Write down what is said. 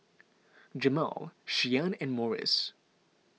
Jamal Shianne and Morris